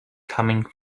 coming